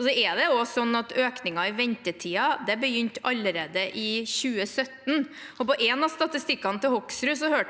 Det er også slik at økningen i ventetiden begynte allerede i 2017. På en av statistikkene til Hoksrud hørte jeg